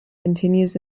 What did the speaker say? continues